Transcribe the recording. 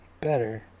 Better